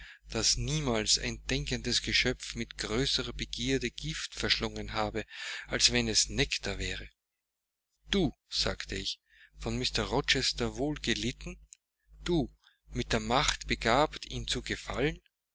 daß niemals ein denkendes geschöpf mit größerer begierde gift verschlungen habe als wenn es nektar wäre du sagte ich von mr rochester wohl gelitten du mit der macht begabt ihm zu gefallen